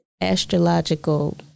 astrological